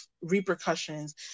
repercussions